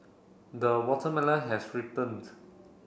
the watermelon has